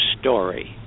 story